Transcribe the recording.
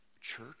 Church